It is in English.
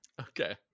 Okay